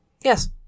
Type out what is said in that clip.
Yes